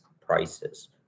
prices